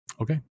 Okay